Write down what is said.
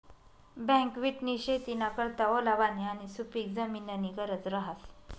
बकव्हिटनी शेतीना करता ओलावानी आणि सुपिक जमीननी गरज रहास